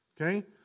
Okay